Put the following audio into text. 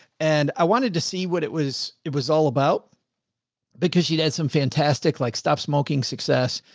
and i wanted to see what it was, it was all about because she'd had some fantastic, like stop smoking success.